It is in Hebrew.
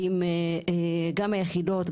גם עם היחידות,